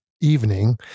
evening